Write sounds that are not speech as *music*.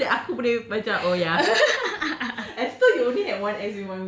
and ak~ I hate also that aku boleh macam oh ya *laughs* as